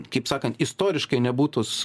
kaip sakant istoriškai nebūtus